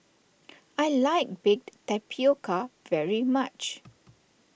I like Baked Tapioca very much